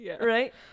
right